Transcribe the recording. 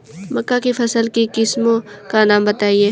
मक्का की फसल की किस्मों का नाम बताइये